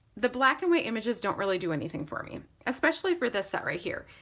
the black and white images don't really do anything for me especially for this set right here.